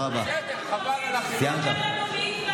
תודה רבה, חבר הכנסת אלעזר שטרן.